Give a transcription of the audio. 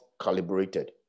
calibrated